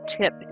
tip